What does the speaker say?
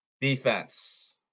defense